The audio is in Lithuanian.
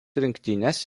rinktinės